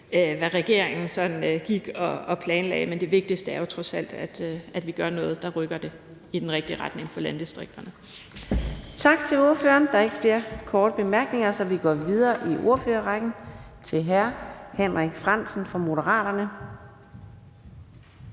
hvad regeringen sådan gik og planlagde. Men det vigtigste er jo trods alt, at vi gør noget, der rykker det i den rigtige retning for landdistrikterne. Kl. 14:50 Fjerde næstformand (Karina Adsbøl): Tak til ordføreren. Der er ikke flere korte bemærkninger, så vi går videre i ordførerrækken til hr. Henrik Frandsen fra Moderaterne.